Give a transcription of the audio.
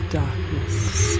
darkness